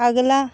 अगला